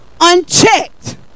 unchecked